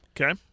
Okay